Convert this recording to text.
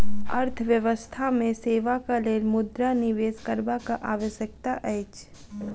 अर्थव्यवस्था मे सेवाक लेल मुद्रा निवेश करबाक आवश्यकता अछि